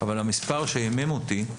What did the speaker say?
אבל המספר שהימם אותי,